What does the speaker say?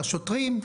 לשוטרים.